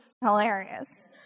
hilarious